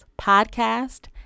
podcast